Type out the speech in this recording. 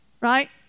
right